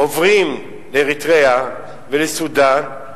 עוברים לאריתריאה ולסודן;